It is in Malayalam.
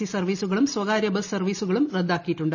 സി സർവ്വീസുകളും സ്വകാര്യ ബസ് സർവ്വീസുകളും റദ്ദാക്കിയിട്ടുണ്ട്